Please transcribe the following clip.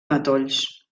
matolls